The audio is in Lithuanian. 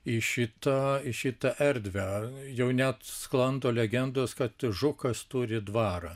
į šitą į šitą erdvę jau net sklando legendos kad žukas turi dvarą